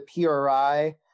PRI